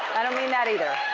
i don't mean that either.